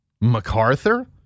MacArthur